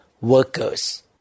workers